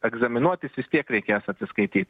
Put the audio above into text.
egzaminuotis vis tiek reikės atsiskaityt